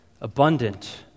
abundant